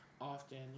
often